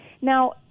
Now